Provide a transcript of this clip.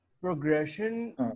progression